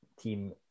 team